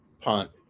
punt